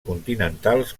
continentals